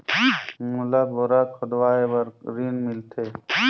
मोला बोरा खोदवाय बार ऋण मिलथे?